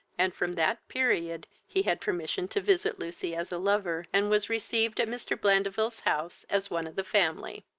and from that period he had permission to visit lucy as a lover, and was received at mr. blandeville's house as one of the family.